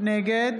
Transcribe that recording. נגד